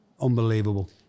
unbelievable